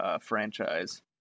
franchise